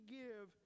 give